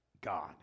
God